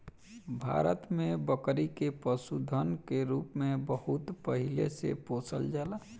भारत में बकरी के पशुधन के रूप में बहुत पहिले से पोसल जाला